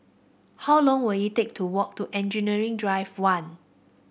how long will it take to walk to Engineering Drive One